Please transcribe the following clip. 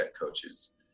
coaches